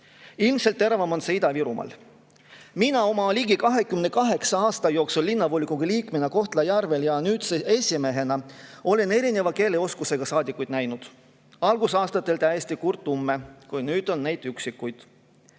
Ilmselt on see teravam Ida-Virumaal. Mina oma ligi 28 aasta jooksul linnavolikogu liikmena Kohtla-Järvel ja nüüdse esimehena olen erineva keeleoskusega saadikuid näinud, algusaastatel ka täiesti kurttumme, kuid nüüd on neid üksikuid.